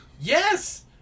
Yes